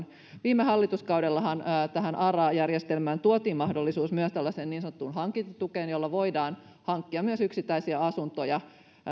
viime hallituskaudellahan ara järjestelmään tuotiin mahdollisuus myös tällaiseen niin sanottuun hankintatukeen jolla voidaan hankkia myös yksittäisiä asuntoja niin